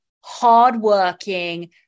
hardworking